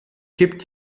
gibt